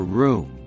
room